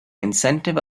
incentive